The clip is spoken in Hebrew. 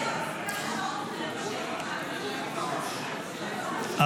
01 בדבר הפחתת תקציב לא נתקבלו.